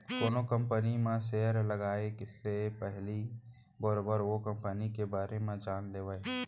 कोनो कंपनी म सेयर लगाए के पहिली बरोबर ओ कंपनी के बारे म जान लेवय